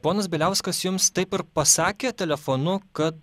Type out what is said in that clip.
ponas bieliauskas jums taip ir pasakė telefonu kad